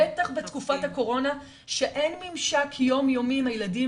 בטח בתקופת הקורונה שאין ממשק יום יומי עם הילדים